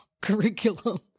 curriculum